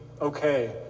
okay